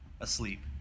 asleep